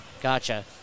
Gotcha